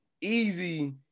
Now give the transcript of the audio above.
Easy